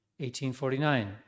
1849